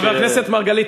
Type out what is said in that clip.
חבר הכנסת מרגלית,